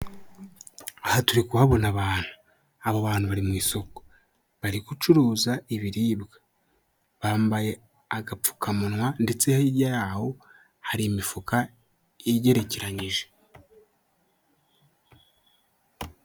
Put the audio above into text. Aha turi kuhabona abantu abo bantu bari mu isoko, bari gucuruza ibiribwa, bambaye agapfukamunwa ndetse hirya y'aho hari imifuka igerekeranyije.